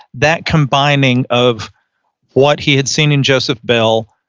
that combining of what he had seen in joseph bell,